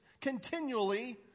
continually